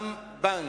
גם בנק,